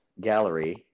gallery